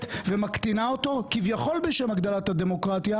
ומקטינה אותו כביכול בשם הגדלת הדמוקרטיה